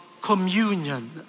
communion